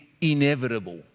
inevitable